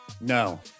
No